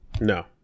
No